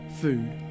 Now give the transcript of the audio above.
food